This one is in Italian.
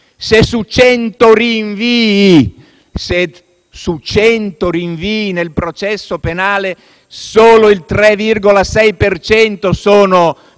Su cento rinvii nel processo penale solo il 3,6 per